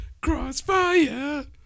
Crossfire